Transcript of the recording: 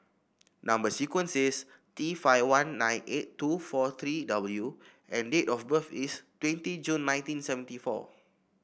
number sequence is T five one nine eight two four three W and date of birth is twenty June nineteen seventy four